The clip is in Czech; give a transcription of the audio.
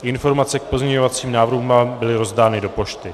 Informace k pozměňovacím návrhům vám byly rozdány do pošty.